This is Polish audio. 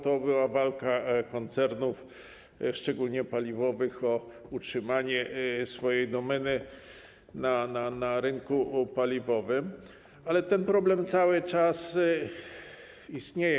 To była walka koncernów, szczególnie paliwowych, o utrzymanie swojej domeny na rynku paliwowym, ten problem cały czas istnieje.